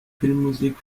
filmmusik